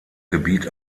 gebiet